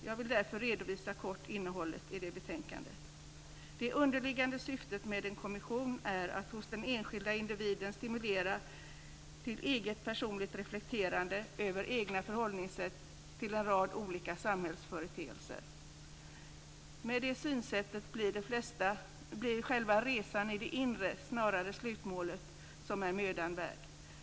Jag vill därför kort redovisa innehållet. Det underliggande syftet med en kommission är att hos den enskilda individen stimulera till eget personligt reflekterande över egna förhållningssätt till en rad olika samhällsföreteelser. Med det synsättet blir det själva "resan i det inre" snarare än slutmålet som är mödan värd.